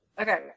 Okay